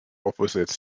opposite